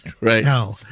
Right